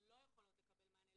שלא יכולות לקבל מענה,